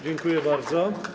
Dziękuję bardzo.